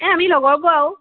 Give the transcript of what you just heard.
এ আমি লগৰবোৰ আৰু